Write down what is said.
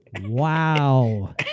wow